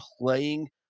playing